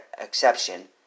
exception